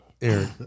Eric